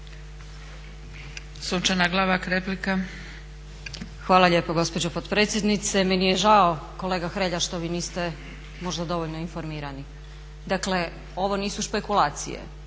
Sunčana (HDZ)** Hvala lijepa gospođo potpredsjednice. Meni je žao kolega Hrelja što vi niste možda dovoljno informirani. Dakle, ovo nisu špekulacije